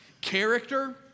Character